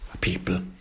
people